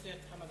חבר הכנסת חמד